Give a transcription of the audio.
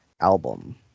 album